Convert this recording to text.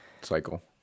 cycle